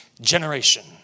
generation